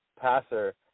passer